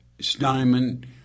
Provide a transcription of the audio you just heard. Steinman